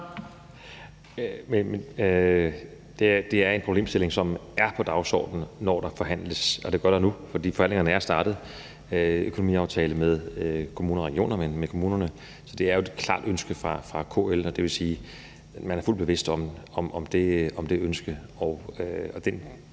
Det er en problemstilling, som er på dagsordenen, når der forhandles, og det gør der nu, for forhandlingerne er startet, ikke økonomiaftale med kommuner og regioner, men med kommunerne. Det er jo et klart ønske fra KL, og det vil sige, at man er fuldt ud bevidst om det ønske, og den